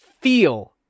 feel